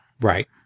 Right